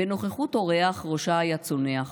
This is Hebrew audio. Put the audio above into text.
/ בנוכחות אורח / ראשה היה צונח,